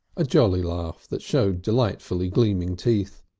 a jolly laugh that showed delightfully gleaming teeth.